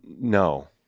no